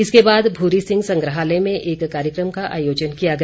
इसके बाद भूरी सिंह संग्राहलय में एक कार्यक्रम का आयोजन किया गया